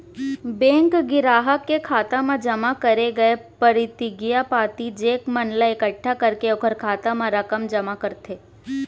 bank गराहक के खाता म जमा करे गय परतिगिया पाती, चेक मन ला एकट्ठा करके ओकर खाता म रकम जमा करथे